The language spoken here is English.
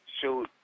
shoot